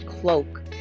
cloak